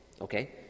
okay